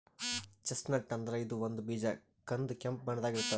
chestnut ಅಂದ್ರ ಇದು ಒಂದ್ ಬೀಜ ಕಂದ್ ಕೆಂಪ್ ಬಣ್ಣದಾಗ್ ಇರ್ತದ್